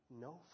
no